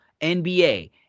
NBA